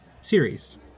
series